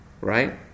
Right